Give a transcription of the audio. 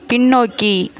பின்னோக்கி